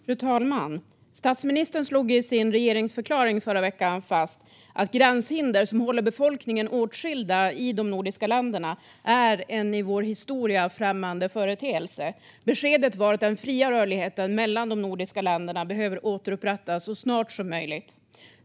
Fru talman! Statsministern slog i sin regeringsförklaring i förra veckan fast att gränshinder som håller befolkningarna åtskilda i de nordiska länderna är en i vår historia främmande företeelse. Beskedet var att den fria rörligheten mellan de nordiska länderna behöver återupprättas så snart som möjligt.